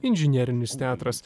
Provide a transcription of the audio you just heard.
inžinerinis teatras